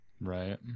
Right